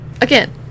Again